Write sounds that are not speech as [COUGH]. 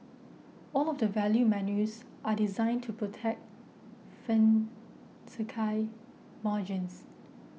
all of the value menus are designed to protect [UNINTELLIGIBLE] margins